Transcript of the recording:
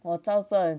我照算